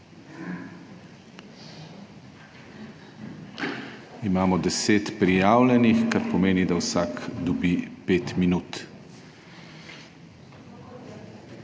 Imamo 10 prijavljenih, kar pomeni, da vsak dobi 5 minut.